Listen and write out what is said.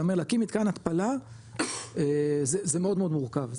להקים מתקן התפלה זה זה מאוד מאוד מורכב,